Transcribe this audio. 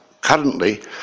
currently